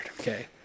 okay